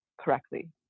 correctly